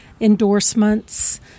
endorsements